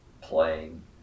playing